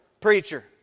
Preacher